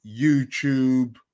YouTube